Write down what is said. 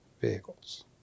vehicles